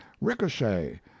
ricochet